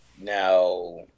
Now